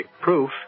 proof